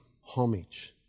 homage